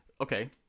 Okay